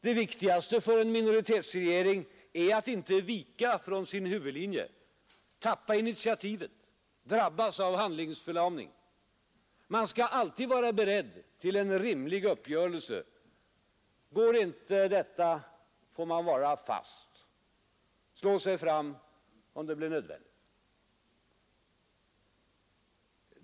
Det viktigaste för en minoritetsregering är att inte vika från sin huvudlinje, tappa initiativet, drabbas av handlingsförlamning. Man skall alltid vara beredd till en rimlig uppgörelse. Går inte detta, får man vara fast, slå sig fram, om det blir nödvändigt.